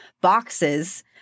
boxes